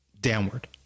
downward